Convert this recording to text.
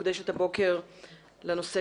ישיבת ועדת הפנים והגנת הסביבה מוקדשת הבוקר לנושא